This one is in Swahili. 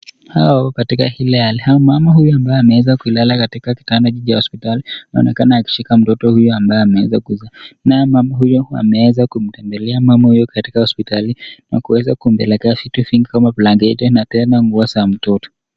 Hao wako katika ile ya mama huyu ambaye ameweza kulala katika kitanda cha hospitali, anaonekana akimshika mtoto huyu ambaye ameweza kumzaa. Nao mama huyu ameweza kumtembelea mama huyu katika hospitali na kuweza kumpelekea vitu vingi kama blanketi na tena nguo za mtoto.